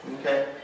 okay